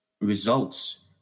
results